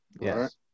Yes